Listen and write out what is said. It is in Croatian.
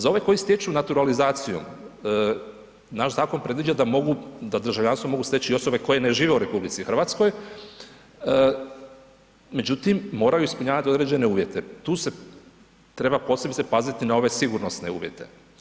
Za ove koji stječu naturalizacijom naš zakon predviđa da mogu, da državljanstvo mogu steći i osobe koje ne žive u RH, međutim moraju ispunjavat određene uvjete, tu se treba posebice paziti na ove sigurnosne uvjete.